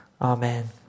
Amen